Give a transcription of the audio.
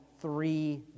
three